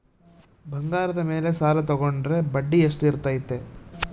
ಬಂಗಾರದ ಮೇಲೆ ಸಾಲ ತೋಗೊಂಡ್ರೆ ಬಡ್ಡಿ ಎಷ್ಟು ಇರ್ತೈತೆ?